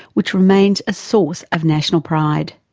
which remains a source of national pride.